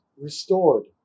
restored